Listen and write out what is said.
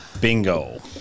Bingo